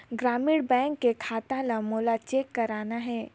ग्रामीण बैंक के खाता ला मोला चेक करना हे?